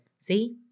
see